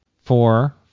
four